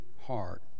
heart